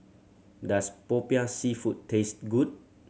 does Popiah Seafood taste good